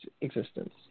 existence